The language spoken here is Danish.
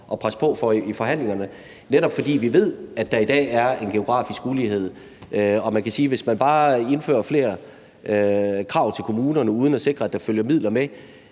at presse på for i forhandlingerne, netop fordi vi ved, at der i dag er en geografisk ulighed. Og man kan sige, at hvis man bare indfører flere krav til kommunerne uden at sikre, at der følger midler med,